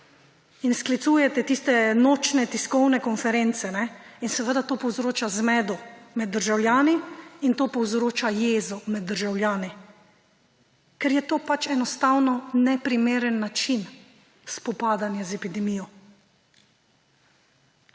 In sklicujete tiste nočne tiskovne konference in seveda to povzroča zmedo med državljani in to povzroča jezo med državljani. Ker je to enostavno neprimeren način spopadanja z epidemijo.